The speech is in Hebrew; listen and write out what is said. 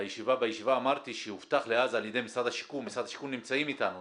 בישיבה אמרתי שהובטח לי אז על ידי משרד השיכון שבמאי,